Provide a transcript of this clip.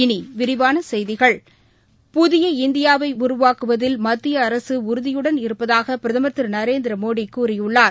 இனிவிரிவானசெய்திகள் புதிய இந்தியாவைஉருவாக்குவதில் மத்திய அரசுஉறுதியுடன் இருப்பதாகபிரதமர் திருநரேந்திரமோடிகூறியுள்ளார்